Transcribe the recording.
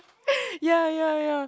ya ya ya